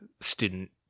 student